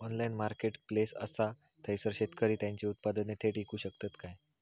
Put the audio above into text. Online marketplace असा थयसर शेतकरी त्यांची उत्पादने थेट इकू शकतत काय?